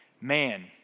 Man